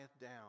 down